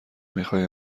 میخوای